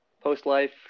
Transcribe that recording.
Post-life